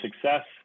success